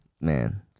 Man